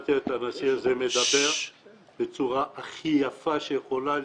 שמעתי את הנשיא הזה מדבר בצורה הכי יפה שיכולה להיות,